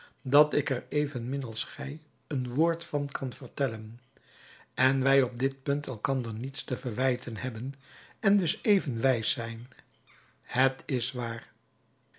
dat ik er evenmin als gij een woord van kan vertellen en wij op dit punt elkander niets te verwijten hebben en dus even wijs zijn het is waar